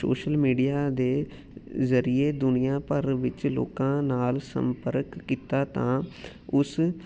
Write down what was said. social media ਦੇ ਜ਼ਰੀਏ ਦੁਨੀਆਂ ਭਰ ਵਿੱਚ ਲੋਕਾਂ ਨਾਲ ਸੰਪਰਕ ਕੀਤਾ ਤਾਂ ਉਸ